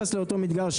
לאותו מדגר,